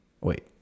wait